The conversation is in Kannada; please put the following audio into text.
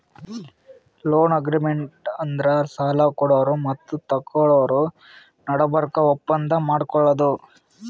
ಲೋನ್ ಅಗ್ರಿಮೆಂಟ್ ಅಂದ್ರ ಸಾಲ ಕೊಡೋರು ಮತ್ತ್ ತಗೋಳೋರ್ ನಡಬರ್ಕ್ ಒಪ್ಪಂದ್ ಮಾಡ್ಕೊಳದು